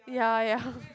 yeah yeah